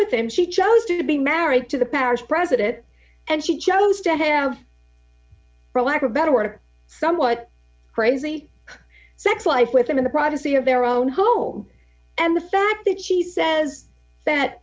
with him she chose to be married to the parish president and she chose to have for lack of a better word or somewhat crazy sex life with him in the privacy of their own home and the fact that she says that